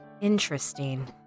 Interesting